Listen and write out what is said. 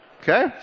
Okay